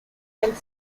and